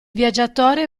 viaggiatore